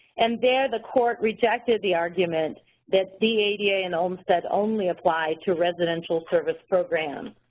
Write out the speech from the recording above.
and there the court rejected the argument that the ada and olmstead only apply to residential service programs.